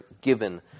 given